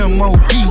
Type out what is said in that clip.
mob